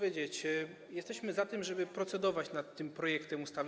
Jesteśmy za tym, żeby procedować nad tym projektem ustawy.